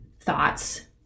thoughts